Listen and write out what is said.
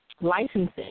licensing